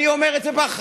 אני אומר את זה באחריות.